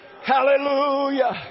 Hallelujah